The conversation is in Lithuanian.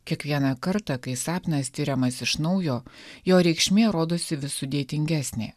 kiekvieną kartą kai sapnas tiriamas iš naujo jo reikšmė rodosi vis sudėtingesnė